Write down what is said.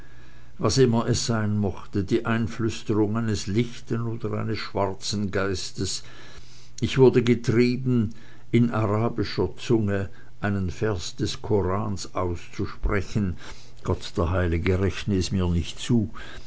was immer es sein mochte die einflüsterung eines lichten oder eines schwarzen geistes ich wurde getrieben in arabischer zunge einen vers des korans auszusprechen gott der heilige rechne es mir nicht zu